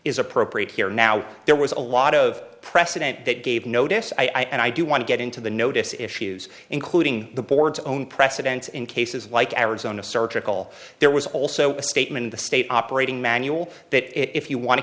is appropriate here now there was a lot of precedent that gave notice i and i do want to get into the notice issues including the board's own precedents in cases like arizona surgical there was also a statement in the state operating manual that if you want to